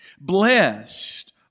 Blessed